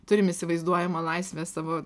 turim įsivaizduojamą laisvę savo